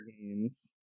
Games